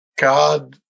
God